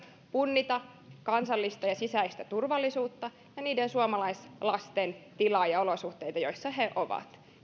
punnita kansallista ja sisäistä turvallisuutta ja niiden suomalaislasten tilaa ja olosuhteita joissa he ovat